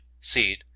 seed